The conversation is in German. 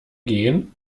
gehen